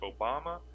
Obama